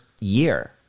year